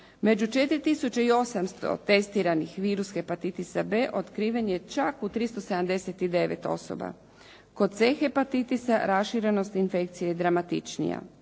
i 800 testiranih virus hepatitisa B otkriven je čak u 379 osoba. Kod C hepatitisa raširenost infekcije je dramatičnija,